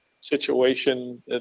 situation